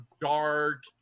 dark